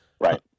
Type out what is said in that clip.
Right